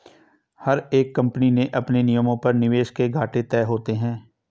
हर एक कम्पनी के अपने नियमों पर निवेश के घाटे तय होते हैं